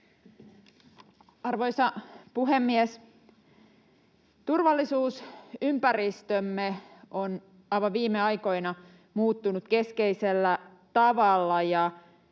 Arvoisa puhemies! Turvallisuusympäristömme on aivan viime aikoina muuttunut keskeisellä tavalla,